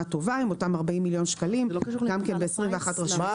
טובה עם אותם 40 מיליון שקלים גם כן ב-21 רשויות.